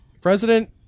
President